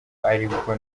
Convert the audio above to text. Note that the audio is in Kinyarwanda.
aribwo